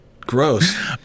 gross